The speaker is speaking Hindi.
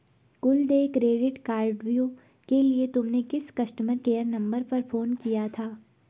कुल देय क्रेडिट कार्डव्यू के लिए तुमने किस कस्टमर केयर नंबर पर फोन किया था?